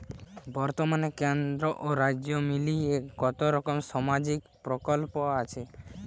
বতর্মানে কেন্দ্র ও রাজ্য মিলিয়ে কতরকম সামাজিক প্রকল্প আছে?